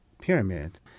pyramid